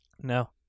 No